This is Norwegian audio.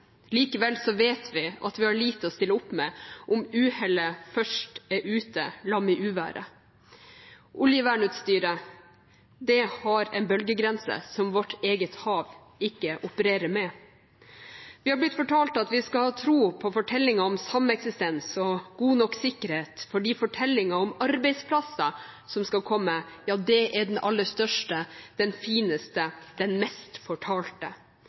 Likevel vet vi at vi har lite å stille opp med om uhellet først er ute, i lag med uværet. Oljevernutstyret har en bølgegrense som vårt eget hav ikke opererer med. Vi har blitt fortalt at vi skal tro på fortellingen om sameksistens og god nok sikkerhet, fordi fortellingen om arbeidsplasser som skal komme, er den aller største, den fineste, den mest fortalte.